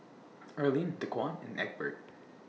Arlin Dequan and Egbert